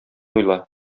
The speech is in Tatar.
уйла